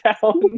town